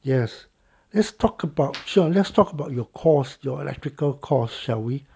yes let's talk sure let's talk about your course your electrical course shall we